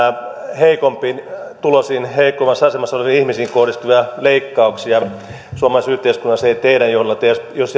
heikompituloisiin heikommassa asemassa oleviin ihmisiin kohdistuvia leikkauksia suomalaisessa yhteiskunnassa ei ei tehdä jos